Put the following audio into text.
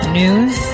news